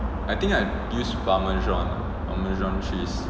I think I use parmesan parmesan cheese